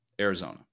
Arizona